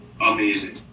amazing